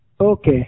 Okay